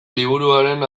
liburuaren